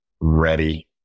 ready